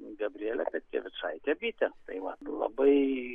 gabrielė petkevičaitė bitė tai vat labai